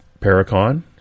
Paracon